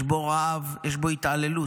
יש בו רעב, יש בו התעללות.